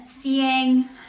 seeing